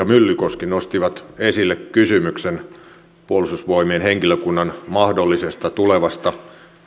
myllykoski nostivat esille kysymyksen puolustusvoi mien henkilökunnan mahdollisesta tulevasta